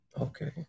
Okay